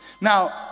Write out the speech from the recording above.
Now